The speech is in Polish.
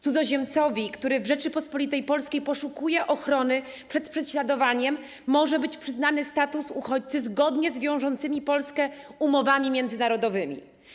Cudzoziemcowi, który na terenie Rzeczypospolitej Polskiej poszukuje ochrony przed prześladowaniem, może być przyznany status uchodźcy zgodnie z wiążącymi Polskę umowami międzynarodowymi.